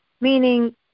meaning